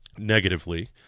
negatively